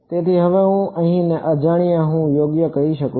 તેથી હવે અહીંના અજાણ્યાઓને હું યોગ્ય કહી શકું છું